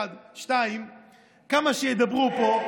1. 2. כמה שידברו פה,